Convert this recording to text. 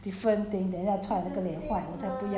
用那个水豆腐 no no no 不要不要不要